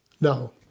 Now